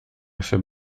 się